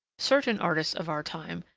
certain artists of our time,